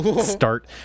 start